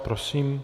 Prosím.